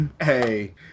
Hey